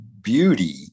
beauty